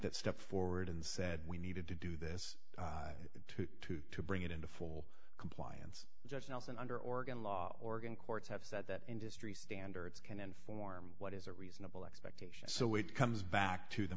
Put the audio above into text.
that stepped forward and said we needed to do this to bring it into full compliance judge nelson under oregon law organ courts have said that industry standards can inform what is a reasonable expectation so it comes back to the